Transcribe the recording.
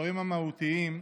הדברים המהותיים,